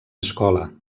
escola